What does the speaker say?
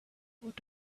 what